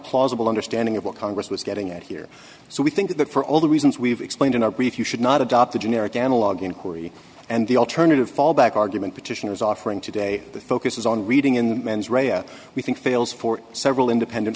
plausible understanding of what congress was getting at here so we think that for all the reasons we've explained in our brief you should not adopt a generic analog inquiry and the alternative fallback argument petitioner is offering today that focuses on reading in we think fails for several independent